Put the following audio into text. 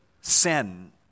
sin